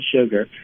sugar